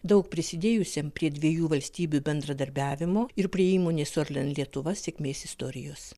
daug prisidėjusiam prie dviejų valstybių bendradarbiavimo ir prie įmonės orlen lietuva sėkmės istorijos